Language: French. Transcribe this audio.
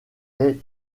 est